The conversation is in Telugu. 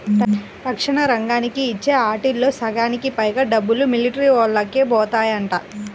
రక్షణ రంగానికి ఇచ్చే ఆటిల్లో సగానికి పైగా డబ్బులు మిలిటరీవోల్లకే బోతాయంట